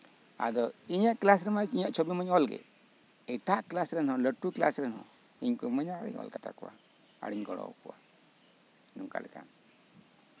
ᱟᱫᱚ ᱤᱧᱟᱹᱜ ᱠᱞᱟᱥ ᱨᱮ ᱤᱧᱟᱹᱜ ᱪᱷᱚᱵᱤ ᱢᱟᱧ ᱚᱞᱮᱜ ᱮᱴᱟᱜ ᱠᱞᱟᱥ ᱨᱮᱱ ᱞᱟᱹᱴᱩ ᱠᱮᱞᱟᱥ ᱨᱮᱱ ᱦᱚᱸ ᱤᱧ ᱠᱚ ᱤᱢᱟᱹᱧᱟ ᱟᱨ ᱤᱧ ᱜᱚᱲᱚ ᱟᱠᱚᱣᱟ ᱱᱚᱝᱠᱟ ᱞᱮᱠᱟ